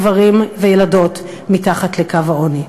גברים וילדות אל מתחת לקו העוני.